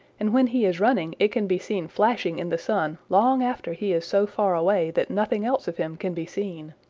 and when he is running it can be seen flashing in the sun long after he is so far away that nothing else of him can be seen.